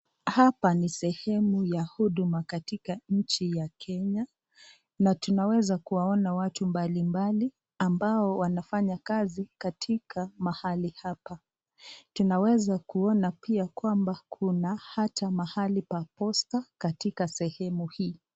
Hapa ni sehemu ya huduma katika nchi ya kenya. Na tunaeza kuwaona watu mbalimbali ambao wanafanya kazi katika mahali hapa. Tunaeza kuona pia hata kuna mahali pa posta katika sehemu hii.